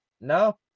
no